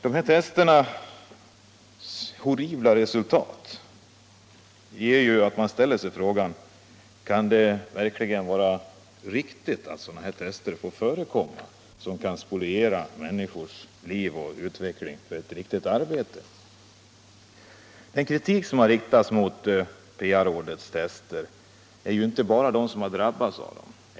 De här testernas horribla resultat gör att man ställer sig frågan: Kan det verkligen vara riktigt att sådana tester får förekomma som kan spoliera en människas liv och utveckling för ett riktigt arbete? Den kritik som har riktats mot PA-rådets tester kommer ju inte bara från dem som har drabbats av dem.